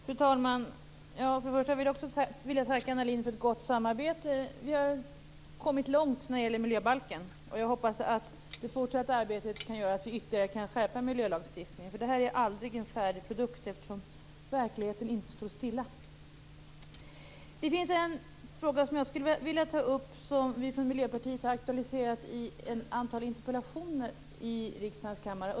Fru talman! För det första vill också jag tacka Anna Lindh för ett gott samarbete. Vi har kommit långt när det gäller miljöbalken, och jag hoppas att det fortsatta arbetet kan göra att vi ytterligare kan skärpa miljölagstiftningen. Den blir aldrig en färdig produkt, eftersom verkligheten inte står stilla. Jag skulle vilja ta upp en fråga som vi från Miljöpartiet aktualiserat i ett antal interpellationer i riksdagens kammare.